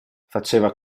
faceva